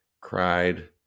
cried